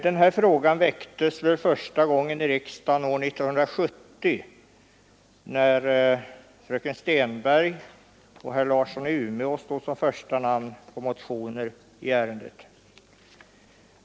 Den här frågan väcktes väl första gången i riksdagen år 1970 när fröken Stenberg och herr Larsson i Umeå stod som första namn på motioner i ärendet.